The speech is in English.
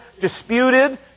disputed